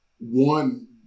one